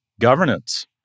Governance